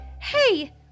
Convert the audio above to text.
hey